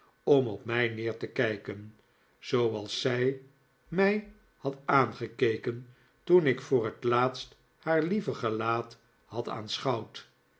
om op mij neer te kijken zooals zij mij had aangekeken toen ik voor het laatst haar lieve gelaat had